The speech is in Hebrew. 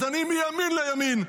אז אני מימין לימין.